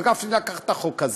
וגפני לקח את החוק הזה,